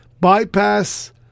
bypass